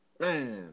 Man